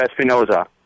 Espinoza